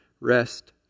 rest